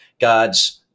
God's